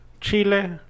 Chile